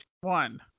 one